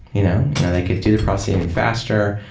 you know you know they could do the processing faster,